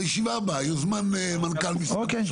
אז לישיבה הבאה יוזמן מנכ"ל משרד ראש